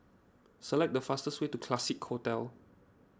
select the fastest way to Classique Hotel